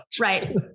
Right